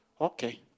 Okay